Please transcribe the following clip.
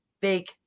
big